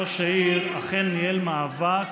ראש העיר אכן ניהל מאבק